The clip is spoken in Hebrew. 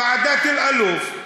ועדת אלאלוף,